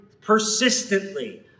persistently